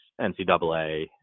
NCAA